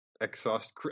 exhaust